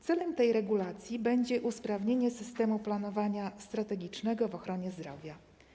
Celem tej regulacji będzie usprawnienie systemu planowania strategicznego w ochronie zdrowia.